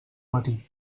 matí